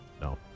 No